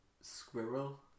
Squirrel